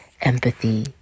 empathy